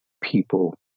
people